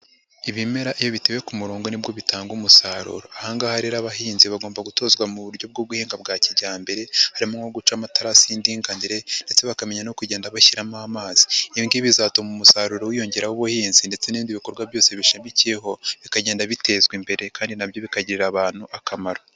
Ibimera iyo bitewe ku murongo ni bwo bitanga umusaruro. Aha ngaha rero abahinzi bagomba gutozwa mu buryo bwo guhinga bwa kijyambere, harimo nko guca amatarasi y'indinganire ndetse bakamenya no kugenda bashyiramo amazi. Ibi ngibi bizatuma umusaruro wiyongera w'ubuhinzi ndetse n'ibindi bikorwa byose bishamikiyeho bikagenda bitezwa imbere kandi na byo bikagirira abantu akamaro.